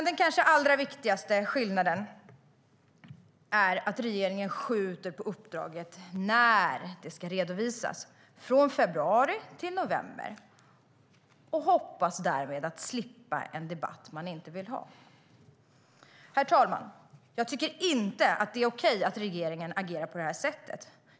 Den kanske allra viktigaste skillnaden är att regeringen skjuter på datumet för när uppdraget ska redovisas, från februari till november, och hoppas därmed slippa en debatt man inte vill ha. Herr talman! Jag tycker inte att det är okej att regeringen agerar på det sättet.